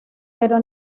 pero